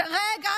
רגע,